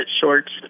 Shorts